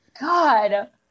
God